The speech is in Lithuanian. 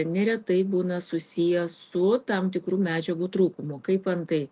neretai būna susiję su tam tikrų medžiagų trūkumu kaip antai